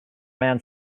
man